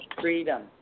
Freedom